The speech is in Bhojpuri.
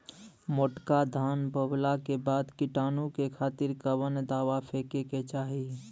मोटका धान बोवला के बाद कीटाणु के खातिर कवन दावा फेके के चाही?